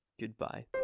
Goodbye